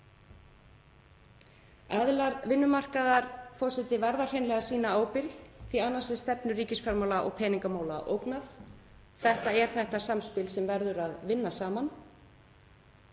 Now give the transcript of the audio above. Aðilar vinnumarkaðar verða hreinlega að sýna ábyrgð því að annars er stefnu ríkisfjármála og peningamála ógnað. Það er þetta samspil sem verður að vinna saman